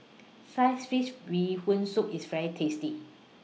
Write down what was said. Sliced Fish Bee Hoon Soup IS very tasty